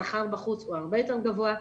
השכר בחוץ הוא הרבה יותר גבוה,